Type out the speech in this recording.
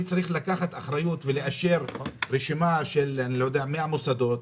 אני צריך לקחת אחריות ולאשר רשימה של 100 מוסדות.